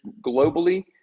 globally